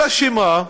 אלא מה,